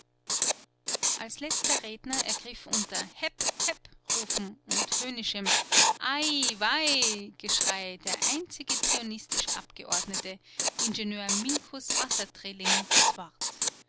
als letzter redner ergriff unter hepp hepp rufen und höhnischem aih wai geschrei der einzige zionistische abgeordnete ingenieur minkus wassertrilling das wort